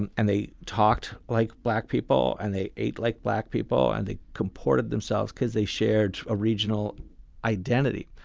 and and they talked like black people, and they ate like black people, and they comported themselves because they shared a regional identity.